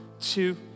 Two